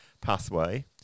pathway